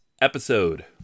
episode